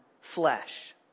flesh